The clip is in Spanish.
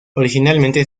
originalmente